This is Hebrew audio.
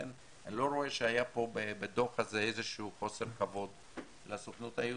לכן אני לא רואה שהיה פה בדוח הזה איזה שהוא חוסר כבוד לסוכנות היהודית,